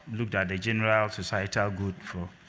looked at the general societal good.